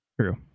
True